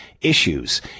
issues